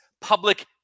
public